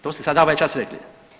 To ste sada ovaj čas rekli.